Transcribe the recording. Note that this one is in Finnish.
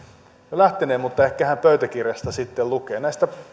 lähteneen mutta ehkä hän pöytäkirjasta sitten lukee näistä